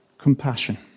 Compassion